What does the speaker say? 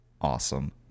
awesome